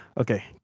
okay